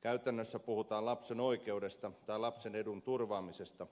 käytännössä puhutaan lapsen oikeudesta tai lapsen edun turvaamisesta